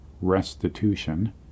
restitution